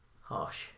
harsh